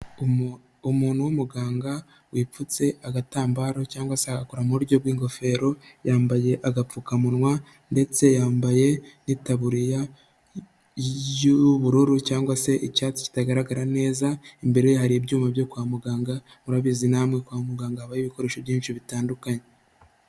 Umuntu w'umuganga wipfutse agatambaro cyangwa se agakora mu buryo bw'ingofero, yambaye agapfukamunwa ndetse yambaye n'itaburiya y'ubururu cyangwa se icyatsi kitagaragara neza, imbere hari ibyuma byo kwa muganga, murabizi namwe kwa muganga habayo ibikoresho byinshi bitandukanye.